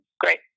great